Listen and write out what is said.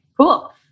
cool